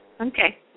Okay